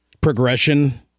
progression